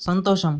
సంతోషం